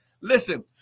Listen